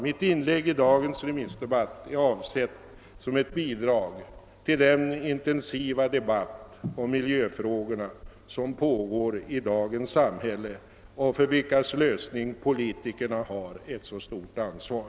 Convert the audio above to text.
Mitt inlägg i dagens remissdebatt är avsett som ett bidrag till den intensiva diskussion om miljöfrågorna som pågår i dagens samhälle; för dessas lösning har politikerna stort ansvar.